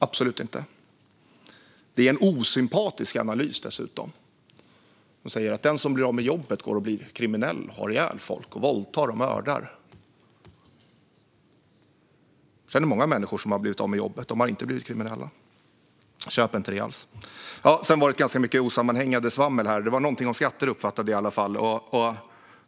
Det är dessutom en osympatisk analys, som säger att den som blir av med jobbet går och blir kriminell, har ihjäl folk, våldtar och mördar. Jag känner många människor som har blivit av med jobbet; de har inte blivit kriminella. Jag köper inte detta alls. Sedan var det ganska mycket osammanhängande svammel. Jag uppfattade i alla fall att det var någonting om skatter.